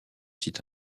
site